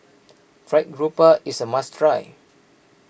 Fried Garoupa is a must try